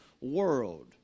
world